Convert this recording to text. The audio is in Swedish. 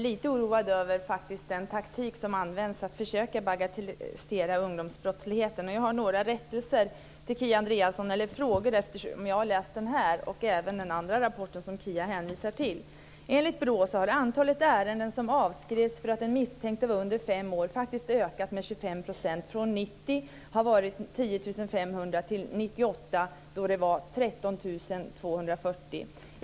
Herr talman! Jag är faktiskt lite oroad över den taktik som används, att försöka bagatellisera ungdomsbrottsligheten. Jag har några frågor till Kia Andreasson eftersom jag har läst BRÅ:s rapport och även den rapport som Kia Andreasson hänvisar till. Enligt BRÅ har antalet ärenden som avskrevs för att den misstänkte var under 25 år faktiskt ökat med 5 % från att 1990 ha varit 10 500 till 1998 då antalet var 13 240.